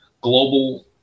global